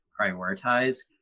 prioritize